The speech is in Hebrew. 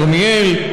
בכרמיאל.